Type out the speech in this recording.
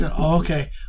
okay